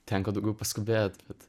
tenka daugiau paskubėt bet